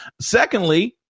Secondly